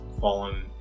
fallen